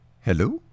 Hello